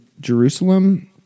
Jerusalem